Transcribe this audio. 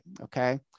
Okay